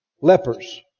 Lepers